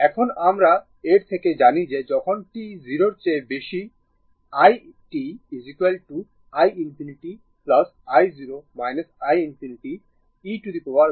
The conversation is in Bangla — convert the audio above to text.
এখন আমরা এর থেকে জানি যে যখন t 0 এর বেশি i t i ∞ i0 i ∞ e t tτ হবে